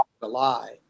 July